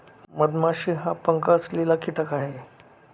मधमाशी हा पंख असलेला कीटक आहे